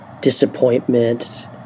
disappointment